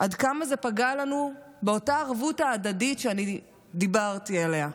עד כמה זה פגע לנו באותה הערבות ההדדית שאני דיברתי עליה.